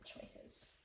choices